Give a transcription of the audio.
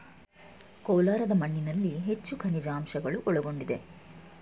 ಕೋಲಾರದ ಮಣ್ಣಿನಲ್ಲಿ ಹೆಚ್ಚು ಖನಿಜಾಂಶಗಳು ಒಳಗೊಂಡಿದೆ